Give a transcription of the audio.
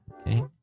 Okay